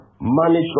manage